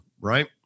right